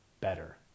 better